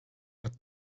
but